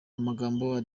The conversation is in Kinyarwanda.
amagambo